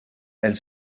elle